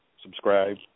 subscribe